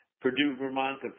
Purdue-Vermont